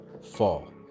fall